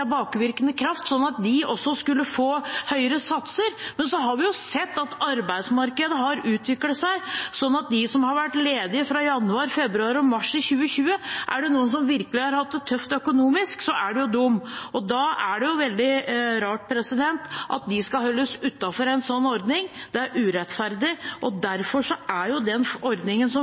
kraft sånn at de også skulle få høyere satser. Men så har vi sett hvordan arbeidsmarkedet har utviklet seg for dem som har vært ledige fra januar, februar og mars i 2020. Er det noen som virkelig har hatt det tøft økonomisk, er det dem. Da er det veldig rart at de skal holdes utenfor en sånn ordning. Det er urettferdig, og derfor er den ordningen som vi foreslår, bedre. Den vil gi akkurat de samme utbetalingene som den ordningen som